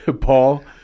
Paul